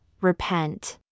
Repent